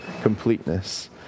completeness